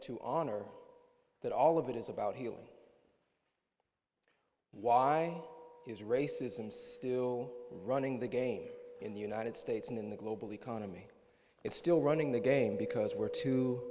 to honor that all of it is about healing why is racism still running the game in the united states and in the global economy it's still running the game because we're too